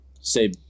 say